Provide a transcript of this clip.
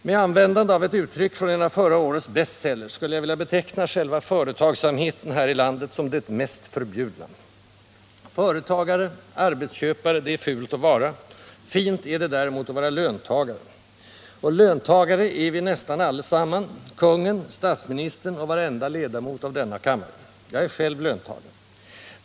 Med användande av ett uttryck från en av förra årets bestsellers skulle jag vilja beteckna själva företagsamheten här i landet som ”det mest förbjudna”. Företagare, arbetsköpare, det är fult att vara; fint är det däremot att vara löntagare. Och löntagare är vi nästan allesamman: kungen, statsministern och varenda ledamot av denna kammare. Jag är själv löntagare.